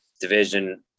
division